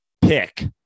pick